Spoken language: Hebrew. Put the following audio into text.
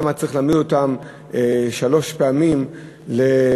למה צריך להעמיד אותם שלוש פעמים לבחירה.